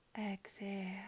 Exhale